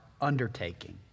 undertaking